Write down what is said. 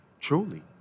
Truly